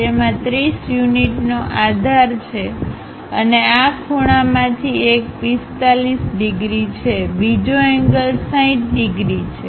તેમાં 30 યુનિટનો આધાર છે અને આ ખૂણામાંથી એક 45 ડિગ્રી છે બીજો એંગલ 60 ડિગ્રી છે